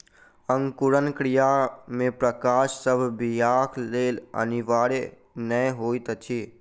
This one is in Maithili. अंकुरण क्रिया मे प्रकाश सभ बीयाक लेल अनिवार्य नै होइत अछि